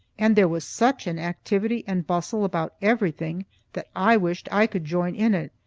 and there was such an activity and bustle about everything that i wished i could join in it,